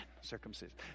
Circumcision